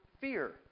fear